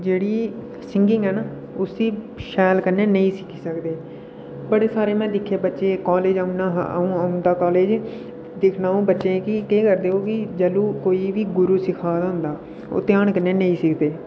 जह्ड़ी singing ऐ ना उसी शैल कन्नै नेईं सिक्खी सकदे बड़े सारे में दिक्खे बच्चे अ'ऊं कालज औंदा हा दिक्खना अ'ऊं वच्चे गी के करदे ओह् फ्ही जंदू कोई बी गरू सखांदा होंदा ते ओह् धयान कन्ने नेई सिक्खदे